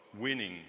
winning